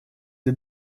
для